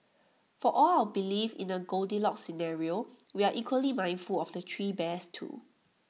for all our belief in the goldilocks scenario we are equally mindful of the three bears too